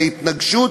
וזה התנגשות